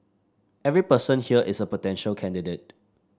every person here is a potential candidate